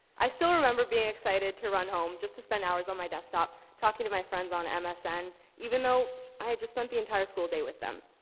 i still remember being excited to run home just to spend hours on my desktop talking to my friends on msn, even though i had just spent the entire school day with them.